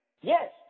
Yes